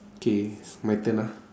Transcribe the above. K my turn ah